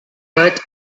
but